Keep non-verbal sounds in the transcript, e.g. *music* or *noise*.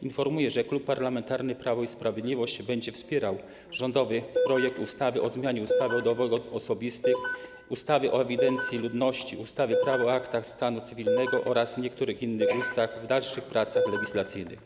Informuję, że Klub Parlamentarny Prawo i Sprawiedliwość będzie wspierał rządowy projekt *noise* ustawy o zmianie ustawy o dowodach osobistych, ustawy o ewidencji ludności, ustawy - Prawo o aktach stanu cywilnego oraz niektórych innych ustaw w dalszych pracach legislacyjnych.